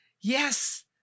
Yes